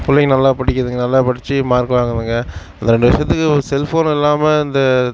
பிள்ளைங்க நல்லாப் படிக்குதுக நல்லா படித்து மார்க் வாங்குதுகள் அந்த ரெண்டு வருஷத்துக்கு செல்போன் இல்லாமல் இந்த